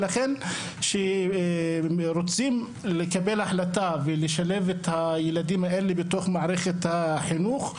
לכן כשרוצים לקבל החלטה ולשלב את הילדים האלה בתוך מערכת החינוך,